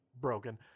broken